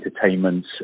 entertainment